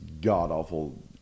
god-awful